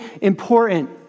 important